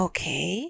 Okay